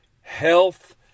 health